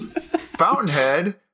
Fountainhead